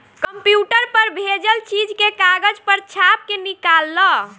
computer पर भेजल चीज के कागज पर छाप के निकाल ल